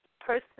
person